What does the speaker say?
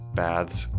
baths